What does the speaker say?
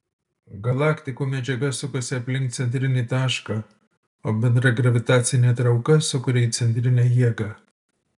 galaktikų medžiaga sukasi aplink centrinį tašką o bendra gravitacinė trauka sukuria įcentrinę jėgą